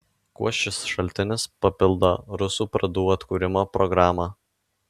kuo šis šaltinis papildo rusų pradų atkūrimo programą